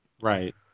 Right